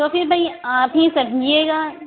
تو پھر بھائی آپ ہی کہیے گا